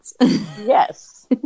Yes